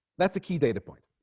that's a key data point